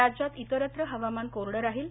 राज्यात इतरत्र हवामान कोरडं राहील